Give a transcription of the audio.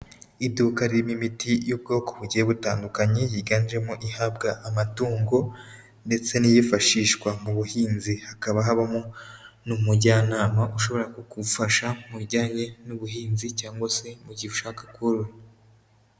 Iduka ririmo imiti y'ubwoko bugiye butandukanye yiganjemo ihabwa amatungo ndetse n'iyifashishwa mu buhinzi hakaba habamo n'umujyanama ushobora kugufasha mu bijyanye n'ubuhinzi cyangwa se mu gihe ushaka korora.